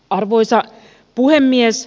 arvoisa puhemies